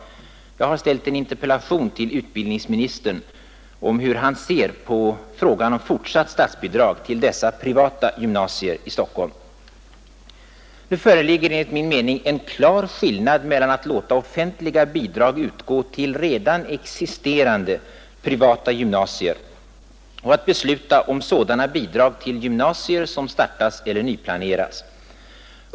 Jag har ställt en interpellation till utbildningsministern om hur han ser på frågan om fortsatt statsbidrag till dessa privatgymnasier i Stockholm. Det föreligger enligt min mening en klar skillnad mellan att låta offentliga bidrag utgå till redan existerande privatgymnasier och att besluta om sådana bidrag till gymnasier som startas eller nyplaneras.